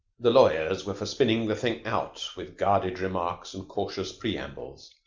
the lawyers were for spinning the thing out with guarded remarks and cautious preambles,